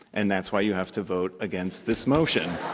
and that's why you have to vote against this motion.